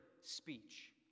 speech